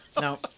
No